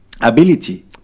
ability